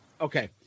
Okay